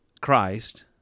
Christ